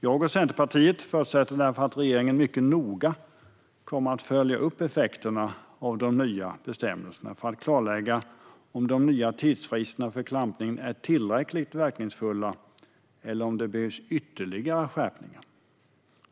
Jag och Centerpartiet förutsätter därför att regeringen mycket noga kommer att följa upp effekterna av de nya bestämmelserna för att klarlägga om de nya tidsfristerna för klampning är tillräckligt verkningsfulla eller om det behövs ytterligare skärpningar.